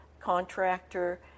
contractor